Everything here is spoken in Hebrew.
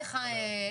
לוי.